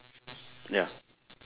ya